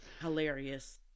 hilarious